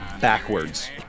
backwards